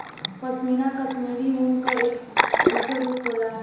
पशमीना कशमीरी ऊन क एक दूसर रूप होला